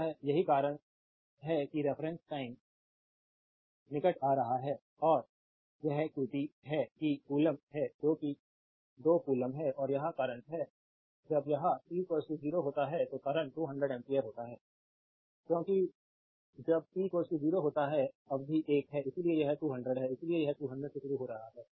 अतः यही कारण है कि रेफरेन्स टाइम 2854 निकट आ रहा है और यह qt है कि कूलम्ब है जो कि 2 कूलम्ब है और यह करंट है जब यह t 0 होता है तो करंट 200 एम्पियर होता है क्योंकि जब t 0 होता है अवधि 1 है इसलिए यह 200 है इसलिए यह 200 से शुरू हो रहा है